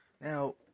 Now